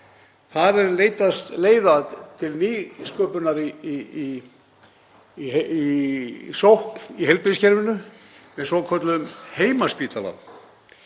Þar er leitað leiða til nýsköpunar í sókn í heilbrigðiskerfinu með svokölluðum heimaspítala.